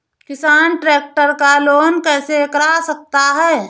किसान ट्रैक्टर का लोन कैसे करा सकता है?